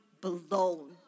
blown